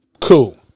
Cool